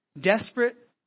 desperate